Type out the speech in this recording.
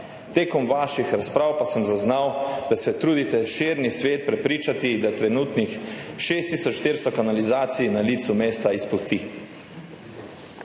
Tekom vaših razprav pa sem zaznal, da se trudite širni svet prepričati, da trenutnih 6 tisoč 400 kanalizacij na licu mesta izpuhti.